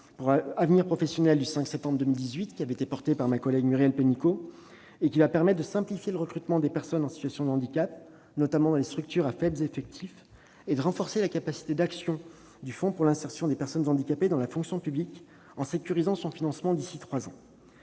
son avenir professionnel, portée par ma collègue Muriel Pénicaud, qui va permettre de simplifier le recrutement de personnes en situation de handicap, notamment dans les structures à faibles effectifs, et de renforcer la capacité d'action du fonds pour l'insertion des personnes handicapées dans la fonction publique, le FIPHFP, en sécurisant son financement d'ici à trois ans.